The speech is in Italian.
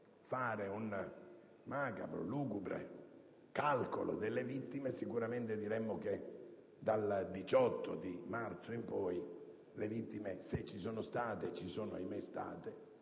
fare un macabro, lugubre calcolo delle vittime, sicuramente diremmo che dal 18 marzo in poi le vittime, se ci sono state - e ahimè ci